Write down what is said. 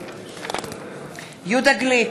נגד יהודה גליק,